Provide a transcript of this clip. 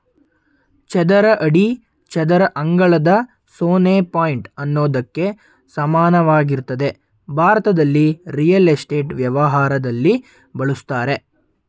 ಚದರ ಅಡಿ ಚದರ ಅಂಗಳದ ಸೊನ್ನೆ ಪಾಯಿಂಟ್ ಹನ್ನೊಂದಕ್ಕೆ ಸಮಾನವಾಗಿರ್ತದೆ ಭಾರತದಲ್ಲಿ ರಿಯಲ್ ಎಸ್ಟೇಟ್ ವ್ಯವಹಾರದಲ್ಲಿ ಬಳುಸ್ತರೆ